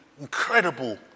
incredible